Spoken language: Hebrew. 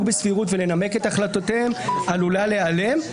בסבירות ולנמק את החלטותיהם עלולה להיעלם.